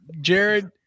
Jared